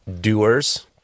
doers